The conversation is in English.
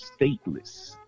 stateless